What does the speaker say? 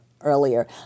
earlier